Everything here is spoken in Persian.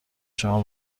شما